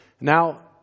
Now